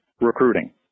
recruiting